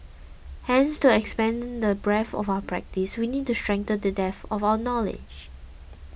hence to expand the breadth of our practice we need to strengthen the depth of our knowledge